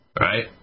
Right